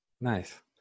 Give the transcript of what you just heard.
nice